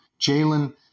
Jalen